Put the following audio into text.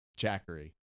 Jackery